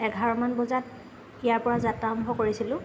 এঘাৰমান বজাত ইয়াৰ পৰা যাত্ৰা আৰম্ভ কৰিছিলোঁ